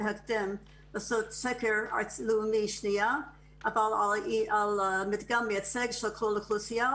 לעשות סקר לאומי שני על המדגם מייצג של כל האוכלוסייה